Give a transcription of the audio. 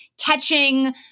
Catching